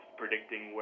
predicting